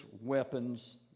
weapons